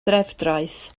trefdraeth